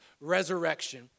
resurrection